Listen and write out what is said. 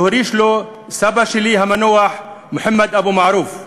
שהוריש לו סבא שלי המנוח מוחמד אבו מערוף.